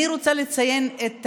אני רוצה לציין את